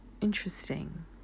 interesting